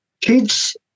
Kids –